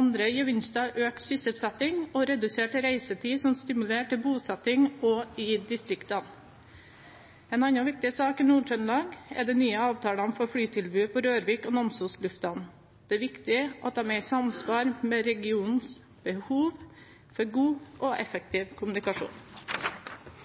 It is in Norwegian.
Andre gevinster er økt sysselsetting og redusert reisetid, som stimulerer til bosetting også i distriktene. En annen viktig sak i Nord-Trøndelag er de nye avtalene for flytilbud på Rørvik lufthavn og Namsos lufthavn. Det er viktig at de er i samsvar med regionens behov for god og effektiv kommunikasjon.